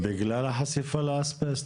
בגלל החשיפה לאסבסט?